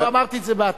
לא אמרתי את זה בהתרסה.